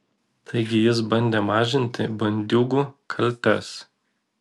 taigi jis bandė mažinti bandiūgų kaltes